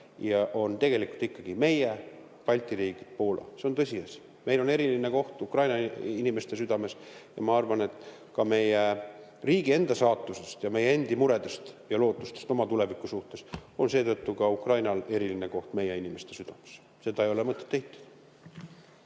on tegelikult ikkagi Balti riigid ja Poola. See on tõsiasi. Meil on eriline koht Ukraina inimeste südames ja ma arvan, et ka meie riigi enda saatuse ja meie endi murede ja lootuste [tõttu] oma tuleviku suhtes on Ukrainal eriline koht meie inimeste südames. Seda ei ole mõtet eitada.